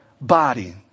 body